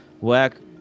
work